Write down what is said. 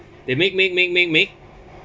they make make make make make